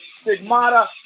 stigmata